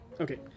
Okay